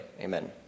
Amen